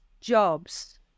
jobs